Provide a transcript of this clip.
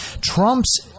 Trump's